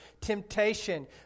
temptation